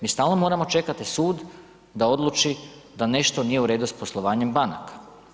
Mi stalno moramo čekati sud da odluči da nešto nije u redu s poslovanjem banaka.